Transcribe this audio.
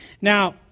Now